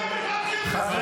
חבר